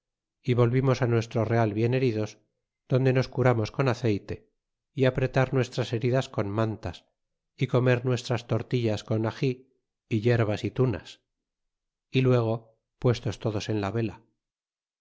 y volvimos nuestro real bien heridos donde nos curamos con aceyte y apretar nuestras heridas con mantas y comer nuestras tortillas con axi y yerbas y tunas y luego puestos todos en la vela